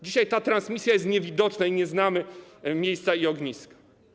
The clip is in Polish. Dzisiaj ta transmisja jest niewidoczna i nie znamy miejsca i ognisk.